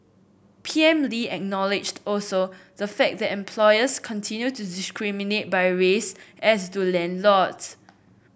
P M Lee acknowledged also the fact that employers continue to discriminate by race as do landlords